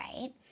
right